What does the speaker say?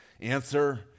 Answer